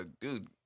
dude